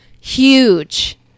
Huge